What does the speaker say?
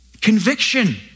conviction